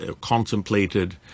contemplated